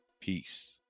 Peace